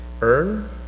earn